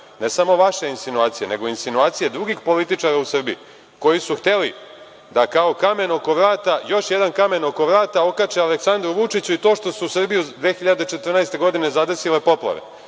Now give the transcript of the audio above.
ne samo vaše insinuacije, nego insinuacije drugih političara u Srbiji koji su hteli da kao kamen oko vrata još jedan kamen oko vrata okače Aleksandru Vučiću i to što su Srbiju 2014. godine zadesile poplave.